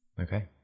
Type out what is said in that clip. Okay